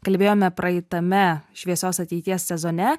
kalbėjome praeitame šviesios ateities sezone